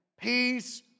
peace